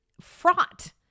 fraught